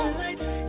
lights